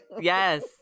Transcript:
Yes